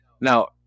Now